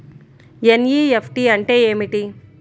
NEFT అంటే ఏమిటీ?